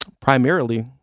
Primarily